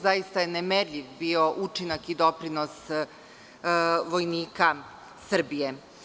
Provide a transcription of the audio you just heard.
Zaista je nemerljiv bio učinak i doprinos vojnika Srbije.